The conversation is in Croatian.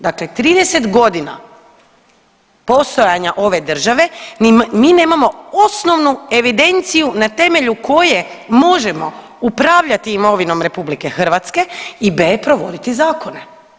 Dakle 30 godina postojanja ove države, mi nemamo osnovnu evidenciju na temelju koje možemo upravljati imovinom RH i b, provoditi zakone.